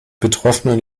betroffenen